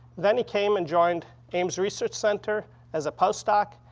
then he came and joined ames research center as a postdoc,